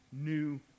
new